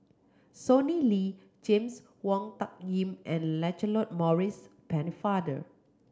Sonny Liew James Wong Tuck Yim and Lancelot Maurice Pennefather